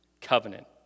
covenant